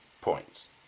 points